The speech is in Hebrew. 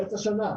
מרס השנה.